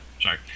sorry